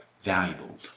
valuable